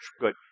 good